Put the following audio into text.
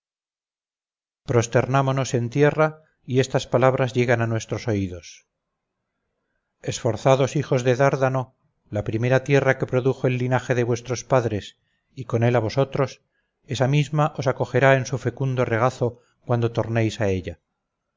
prosternámonos en tierra y estas palabras llegan a nuestros oídos esforzados hijos de dárdano la primera tierra que produjo el linaje de vuestros padres y con él a vosotros esa misma os acogerá en su fecundo regazo cuando tornéis a ella